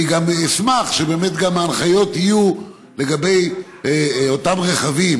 אני אשמח שבאמת ההנחיות יהיו לגבי אותם רכבים